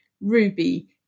Ruby